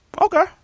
Okay